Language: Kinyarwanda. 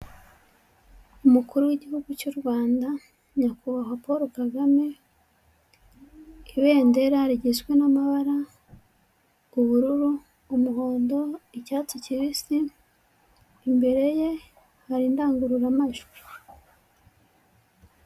Umukuru w'igihugu cy'u Rwanda, Nyakubahwa Paul Kagame, ibendera rigizwe n'amabara ubururu, umuhondo, icyatsi kibisi, imbere ye hari indangururamajwi.